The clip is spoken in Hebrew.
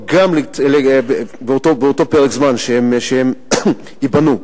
גם באותו פרק זמן שהם ייבנו,